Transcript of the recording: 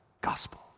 gospel